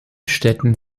städten